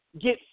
get